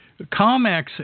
Comex